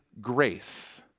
grace